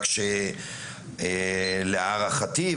רק שלהערכתי,